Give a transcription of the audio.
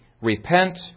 repent